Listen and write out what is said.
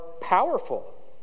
powerful